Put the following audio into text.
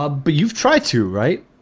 ah but you've tried to write